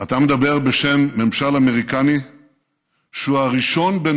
אתה מדבר בשם ממשל אמריקני שהוא הראשון בין